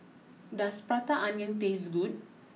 does Prata Onion taste good